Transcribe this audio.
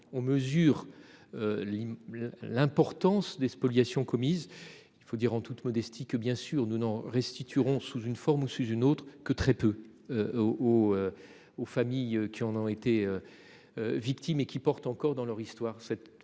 on mesure. L'. L'importance des spoliations commises. Il faut dire en toute modestie que bien sûr nous n'en restitue rond sous une forme ou sous une autre que très peu. Aux. Aux familles qui en ont été. Victimes et qui portent encore dans leur histoire cette période.